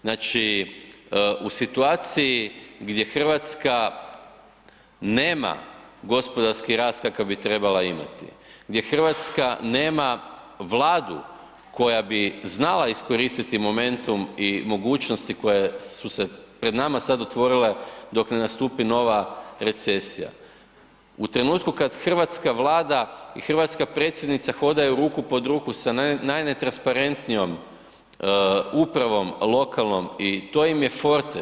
Znači u situaciji gdje Hrvatska nema gospodarski rast kakav bi trebala, gdje Hrvatska nema Vladu koja bi znala iskoristiti momentum i mogućnosti koje su se pred nama sada otvorile dok ne nastupi nova recesija, u trenutku kada hrvatska Vlada i hrvatska predsjednica hodaju ruku pod ruku sa najnetransparentnijom upravom lokalnom i to im je forte.